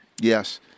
Yes